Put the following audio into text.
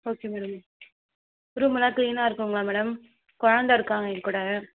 okay madam room எல்லா கிளீனாக இருக்குங்களா மேடம் குழந்த இருக்காங்க என்கூட